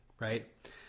right